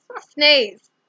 Sneeze